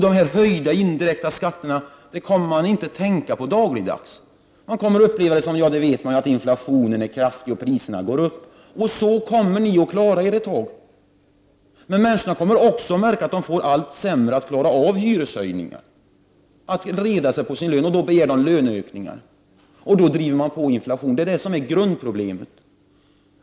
De höjda indirekta skatterna kommer de inte att tänka på dagligdags. De kommer att uppleva det så att inflationen är kraftig och att priserna går upp. Ni kommer alltså att klara er ett tag, men människorna kommer att märka att de får det allt svårare att klara hyreshöjningar och att reda sig på sin lön, och då begär de löneökningar, vilket innebär att inflationen drivs på. Det är grundproblemet.